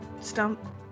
stump